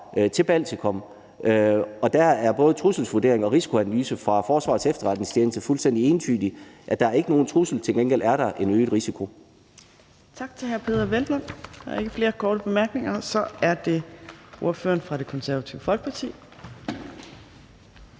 til Baltikum, og der er både en trusselsvurdering og risikoanalyse fra Forsvarets Efterretningstjeneste fuldstændig entydige, altså at der ikke er nogen trussel. Til gengæld er der en øget risiko.